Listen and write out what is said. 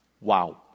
Wow